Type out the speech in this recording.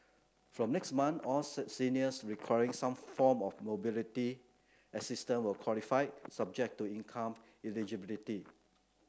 from next month all seniors requiring some form of mobility assistance will qualify subject to income eligibility